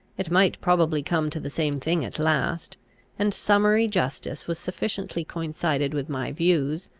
it might probably come to the same thing at last and summary justice was sufficiently coincident with my views,